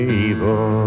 evil